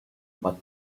but